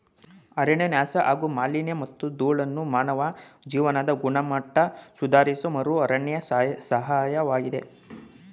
ಅರಣ್ಯನಾಶ ಹಾಗೂ ಮಾಲಿನ್ಯಮತ್ತು ಧೂಳನ್ನು ಮಾನವ ಜೀವನದ ಗುಣಮಟ್ಟ ಸುಧಾರಿಸಲುಮರುಅರಣ್ಯ ಸಹಾಯಕವಾಗ್ತದೆ